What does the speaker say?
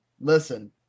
listen